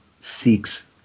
seeks